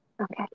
Okay